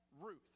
Ruth